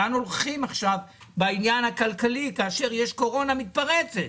לאן הולכים בעניין הכלכלי כאשר יש קורונה מתפרצת.